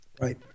right